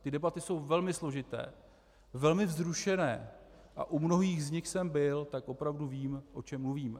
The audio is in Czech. Ty debaty jsou velmi složité, velmi vzrušené a u mnohých z nich jsem byl, tak opravdu vím, o čem mluvím.